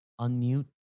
unmute